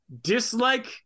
dislike